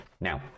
now